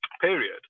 period